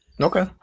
Okay